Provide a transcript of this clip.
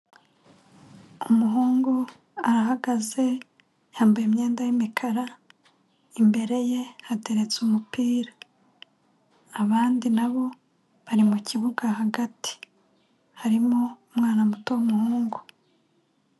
Umuhungu arahagaze yambaye imyenda y'imukara, imbere ye hateretse umupira, abandi nabo bari mu kibuga hagati, harimo umwana muto w'umuhungu.